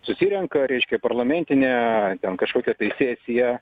susirenka reiškia parlamentiė kažkokia tai sesija